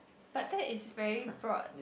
but that is very broad